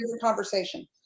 conversation